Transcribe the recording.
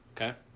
Okay